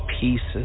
pieces